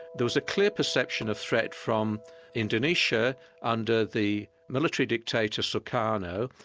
there was a clear perception of threat from indonesia under the military dictator sukarno,